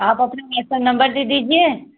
आप अपना नंबर दे दीजिए